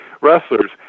wrestlers